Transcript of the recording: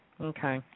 Okay